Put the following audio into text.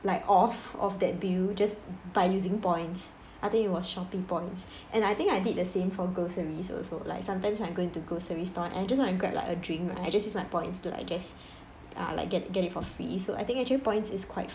like off off that bill just by using points I think it was Shopee points and I think I did the same for groceries also like sometimes I go into grocery store and just wanna grab like a drink right I just use my points to like just uh like get get it for free so I think actually points is quite